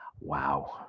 Wow